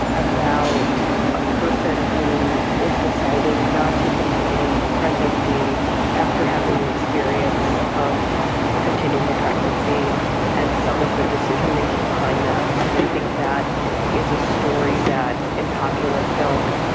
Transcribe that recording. a person who is deciding not to continue a pregnancy after having the experience of continuing a pregnancy and some of the decision making behind that, because i think that is a story that in popular film,